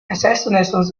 assassination